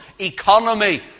economy